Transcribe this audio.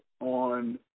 on